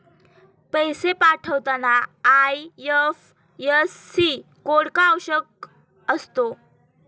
पैसे पाठवताना IFSC code का आवश्यक असतो?